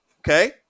Okay